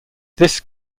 this